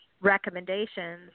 recommendations